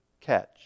catch